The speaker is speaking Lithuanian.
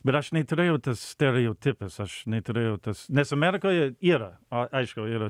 bet aš neturėjau tos stereotipas aš neturėjau tas nes amerikoje yra o aišku yra